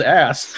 ass